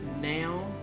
Now